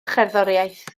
cherddoriaeth